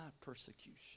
persecution